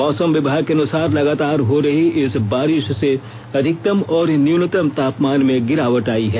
मौसम विभाग के अनुसार लगातार हो रही इस बारिश से अधिकतम और न्यूनतम तापमान में गिरावट आयी है